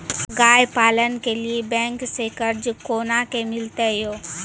गाय पालन के लिए बैंक से कर्ज कोना के मिलते यो?